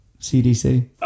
CDC